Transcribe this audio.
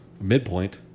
Midpoint